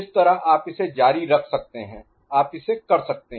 इस तरह आप इसे जारी रख सकते हैं आप इसे कर सकते हैं